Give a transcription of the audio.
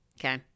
okay